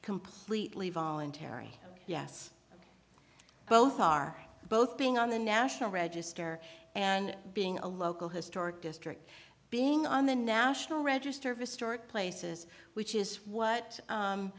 completely voluntary yes both are both being on the national register and being a local historic district being on the national register of historic places which is what